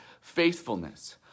faithfulness